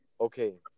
Okay